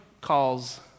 calls